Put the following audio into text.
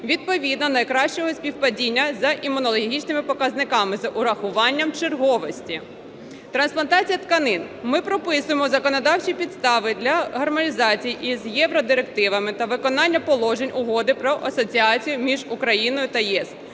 відповідно найкращого співпадіння за імунологічними показниками з урахуванням черговості. Трансплантація тканин. Ми прописуємо законодавчі підстави для гармонізації із євродирективами та виконання положень Угоди про асоціацію між Україно та ЄС.